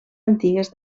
antigues